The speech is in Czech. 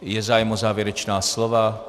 Je zájem o závěrečná slova?